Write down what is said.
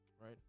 right